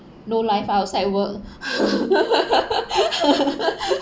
no life outside work